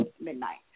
midnight